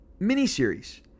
miniseries